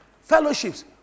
Fellowships